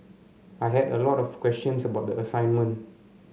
I had a lot of questions about the assignment